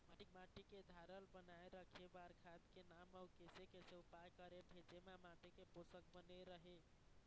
माटी के धारल बनाए रखे बार खाद के नाम अउ कैसे कैसे उपाय करें भेजे मा माटी के पोषक बने रहे?